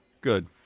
Good